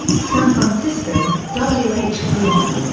san francisco w h. freeman.